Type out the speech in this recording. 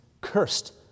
cursed